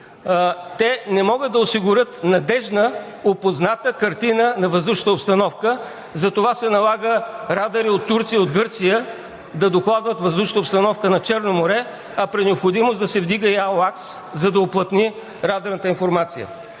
не могат да осигурят надеждна, опозната картина на въздушната обстановка и затова се налага радари от Турция и Гърция да докладват въздушната обстановка над Черно море, а при необходимост да се вдига и „Ауакс“, за да уплътни радарната информация.